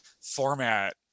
format